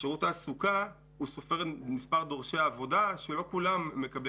שירות התעסוקה סופר את מספר דורשי העבודה שלא כולם מקבלי